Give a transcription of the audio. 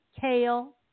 kale